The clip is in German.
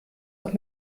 auch